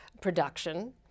production